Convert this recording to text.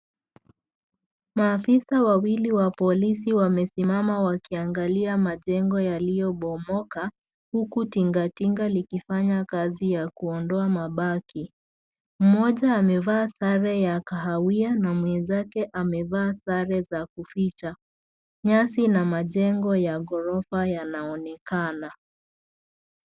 Maafisa wawili wa polisi, wamesimama wakiangalia majengo yaliyobomoka, huku tingatinga likifanya kazi ya kuondoa mabaki. Mmoja amevaa sare ya kahawia na mwenzake amevaa sare za kuficha. Nyasi na majengo ya gorofa yanaonekana.